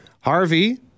Harvey